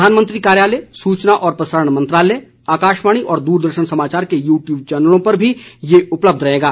प्रधानमंत्री कार्यालय सूचना और प्रसारण मंत्रालय आकाशवाणी और दूरदर्शन समाचार के यू ट्यूब चैनलों पर भी यह उपलब्ध रहेगा